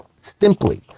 simply